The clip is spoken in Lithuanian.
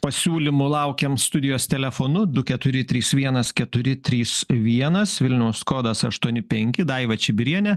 pasiūlymų laukiam studijos telefonu du keturi trys vienas keturi trys vienas vilniaus kodas aštuoni penki daiva čibirienė